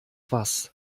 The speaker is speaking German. was